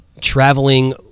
traveling